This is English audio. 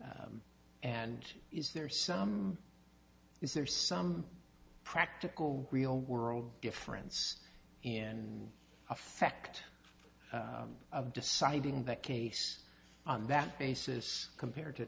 and is there some is there some practical real world difference in effect of deciding that case on that basis compared to